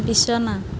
বিচনা